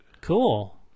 Cool